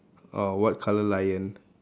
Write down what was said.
oh what colour lion